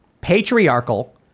patriarchal